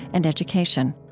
and education